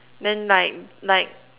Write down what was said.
then like like